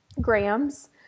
grams